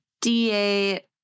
da